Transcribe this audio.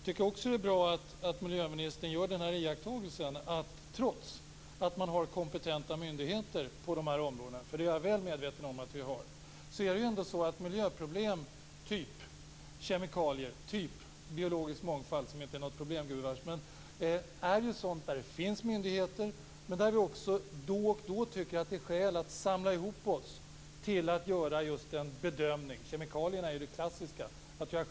Det är också bra att ministern gör iakttagelsen att trots att man har kompetenta myndigheter på dessa områden finns det miljöproblem typ kemikalier och typ biologisk mångfald, som inte är något problem. Då och då finns det skäl att samla ihop sig och göra en bedömning. Kemikalier är ju det klassiska problemet.